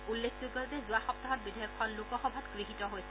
উল্লেখযোগ্য যে যোৱা সপ্তাহত বিধেয়কখন লোকসভাত গৃহীত হৈছিল